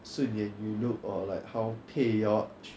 顺眼 you look or like how 配 you all